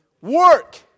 work